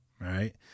right